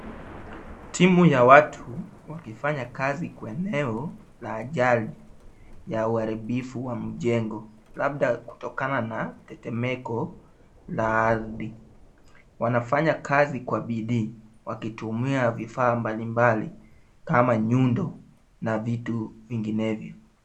Timu ya watu wakifanya kazi kwa eneo la ajali ya uharibifu wa mjengo, labda kutokana na tetemeko la ardhi. Wanafanya kazi kwa bidii, wakitumia vifaa mbalimbali kama nyundo na vitu vinginevyo.